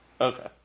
Okay